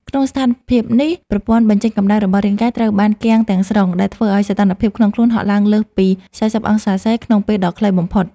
ក្នុងស្ថានភាពនេះ ប្រព័ន្ធបញ្ចេញកម្ដៅរបស់រាងកាយត្រូវបានគាំងទាំងស្រុង ដែលធ្វើឱ្យសីតុណ្ហភាពក្នុងខ្លួនហក់ឡើងលើសពី ៤០ អង្សាសេ ក្នុងពេលដ៏ខ្លីបំផុត។